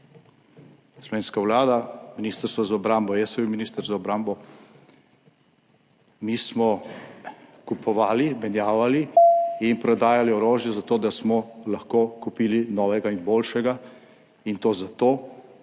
slovenska vlada, Ministrstvo za obrambo. Jaz sem bil minister za obrambo. Mi smo kupovali, menjavali in prodajali orožje za to, da smo lahko kupili novega in boljšega, in to zato,